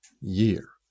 year